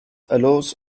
allows